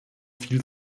viel